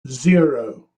zero